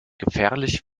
gefährlich